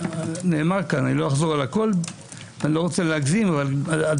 אני לא רוצה לחזור על כל מה שנאמר פה ולא רוצה להגזים אבל הדבר